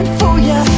for ya,